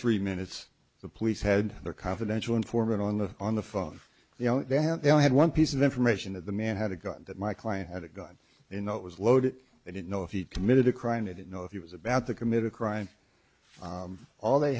three minutes the police had their confidential informant on the on the phone you know they had they only had one piece of information that the man had a gun that my client had a gun in that it was loaded they didn't know if he committed a crime they didn't know if he was about to commit a crime all they